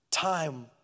Time